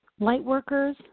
Lightworkers